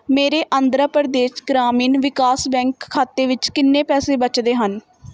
ਮੇਰੇ ਆਂਧਰਾ ਪ੍ਰਦੇਸ਼ ਗ੍ਰਾਮੀਣ ਵਿਕਾਸ ਬੈਂਕ ਖਾਤੇ ਵਿੱਚ ਕਿੰਨੇ ਪੈਸੇ ਬਚਦੇ ਹਨ